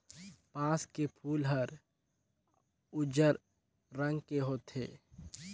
बांस के फूल हर उजर रंग के होथे